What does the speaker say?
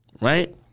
Right